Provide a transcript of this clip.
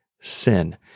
sin